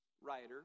writer